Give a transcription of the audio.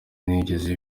ntiyigeze